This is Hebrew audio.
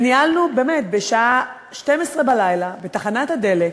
וניהלנו בשעה 12 בלילה, בתחנת הדלק,